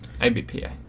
ABPA